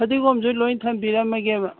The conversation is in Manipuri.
ꯐꯗꯤꯒꯣꯝꯁꯨ ꯂꯣꯏ ꯊꯝꯕꯤꯔꯝꯃꯒꯦꯕ